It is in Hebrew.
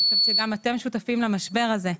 אני חושבת שגם אתם שותפים למשבר הזה,